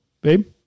babe